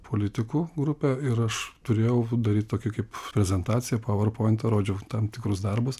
politikų grupę ir aš turėjau daryt tokį kaip prezentaciją paverpointu rodžiau tam tikrus darbus